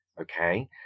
okay